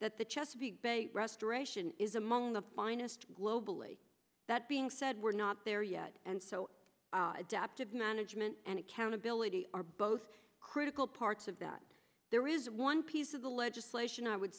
that the chesapeake bay restoration is among the finest globally that being said we're not there yet and so adaptive management and accountability are both critical parts of that there is one piece of the legislation i would